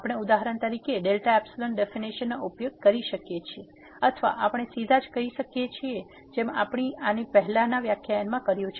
આપણે ઉદાહરણ તરીકે ડેલ્ટા એપ્સીલોન ડેફિનેશનનો ઉપયોગ કરી શકીએ છીએ અથવા આપણે સીધા જ કરી શકીએ છીએ જેમ આપણે આની પહેલાનાં વ્યાખ્યાનમાં કર્યું છે